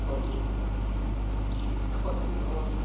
ᱡᱚᱛᱚᱱ ᱠᱚ ᱦᱩᱭᱩᱜᱼᱟ ᱥᱟᱯᱟ ᱥᱟᱯᱤ ᱫᱚᱦᱚ